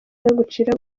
gucira